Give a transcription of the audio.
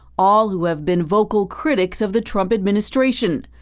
all who have been vocal critics of the trump administration.